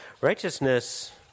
Righteousness